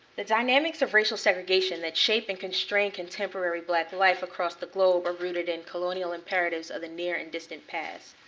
the dynamics of racial segregation that shape and constrain contemporary black life across the globe are rooted in colonial imperatives of the near and distant past.